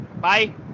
Bye